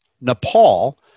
Nepal